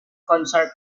concerts